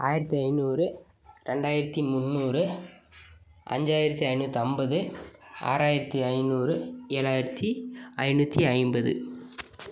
ஆயிரத்தி ஐநூறு ரெண்டாயிரத்தி முன்னூறு அஞ்சாயிரத்தி ஐநூற்றைம்பது ஆறாயிரத்தி ஐநூறு ஏழாயிரத்தி ஐநூற்றி ஐம்பது